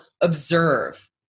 observe